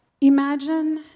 Imagine